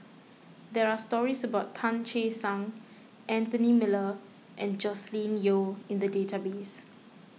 there are stories about Tan Che Sang Anthony Miller and Joscelin Yeo in the database